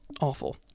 awful